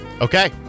Okay